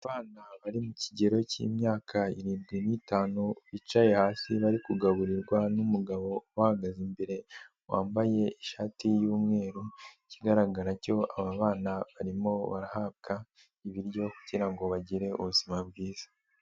Abana bari mu kigero cy'imyaka irindwi n'itanu bicaye hasi bari kugaburirwa n'umugabo uhagaze imbere wambaye ishati y'umweru, ikigaragaracyo aba bana barimo barahabwa ibiryo kugira ngo bagire ubuzima bwiza.